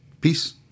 Peace